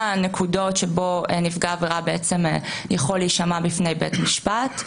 נקודות שבהן נפגע עבירה יכול להישמע בפני בית משפט.